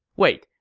wait,